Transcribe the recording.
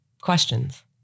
questions